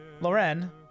lauren